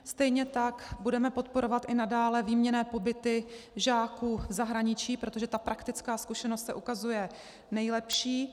Stejně tak budeme podporovat i nadále výměnné pobyty žáků v zahraničí, protože praktická zkušenost se ukazuje nejlepší.